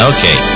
Okay